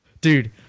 dude